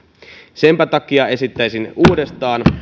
senpä takia esittäisin uudestaan